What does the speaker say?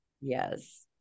yes